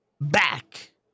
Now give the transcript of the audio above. back